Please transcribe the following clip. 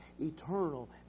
eternal